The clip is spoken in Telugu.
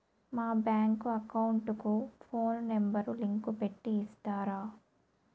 మా బ్యాంకు అకౌంట్ కు ఫోను నెంబర్ లింకు పెట్టి ఇస్తారా?